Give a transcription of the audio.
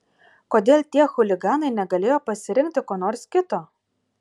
kodėl tie chuliganai negalėjo pasirinkti ko nors kito